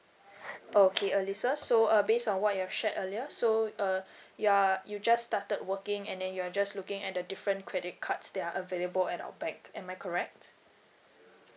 okay alisa so uh based on what you've shared earlier so uh you are you just started working and then you are just looking at the different credit cards that are available at our bank am I correct